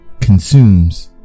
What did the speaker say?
consumes